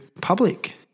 public